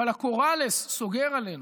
אבל הקוראלס סוגר עלינו.